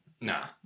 Nah